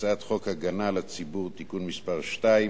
הצעת חוק הגנה על הציבור מפני עברייני מין (תיקון מס' 2),